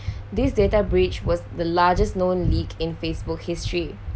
this data breach was the largest known leak in facebook's history